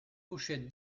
pochette